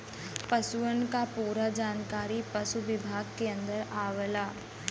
पसुअन क पूरा जानकारी पसु विभाग के अन्दर आवला